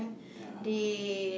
ya